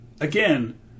again